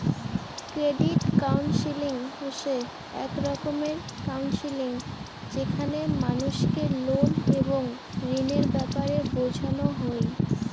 credit counselling হসে এক রকমের কাউন্সেলিং যেখানে মানুষকে লোন এবং ঋণের ব্যাপারে বোঝানো হই